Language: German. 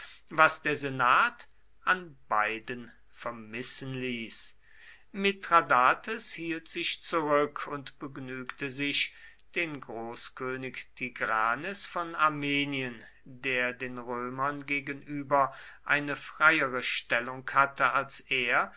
was der senat an beiden vermissen ließ mithradates hielt sich zurück und begnügte sich den großkönig tigranes von armenien der den römern gegenüber eine freiere stellung hatte als er